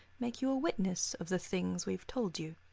make you a witness of the things we've told you.